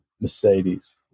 mercedes